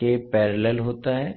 के पैरेलल होता है